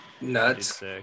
nuts